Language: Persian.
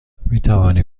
میتوانی